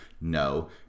no